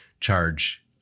charge